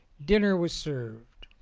dinner was served.